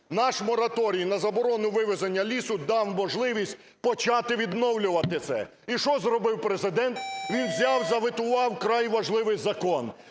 Наш мораторій на заборону вивезення лісу дав можливість почати відновлювати це. І що зробив Президент? Він взяв заветував вкрай важливий закон,